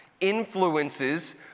influences